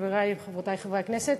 חברי וחברותי חברי הכנסת,